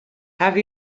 have